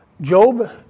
Job